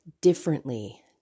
differently